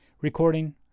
recording